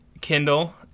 Kindle